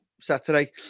Saturday